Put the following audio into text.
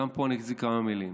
גם פה אני אגיד כמה מילים.